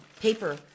paper